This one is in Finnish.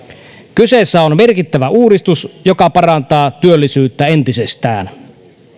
kyseessä on merkittävä uudistus joka parantaa työllisyyttä entisestään